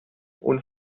und